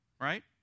Right